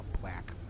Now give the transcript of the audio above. black